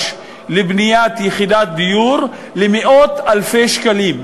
לבניית יחידת דיור למאות-אלפי שקלים.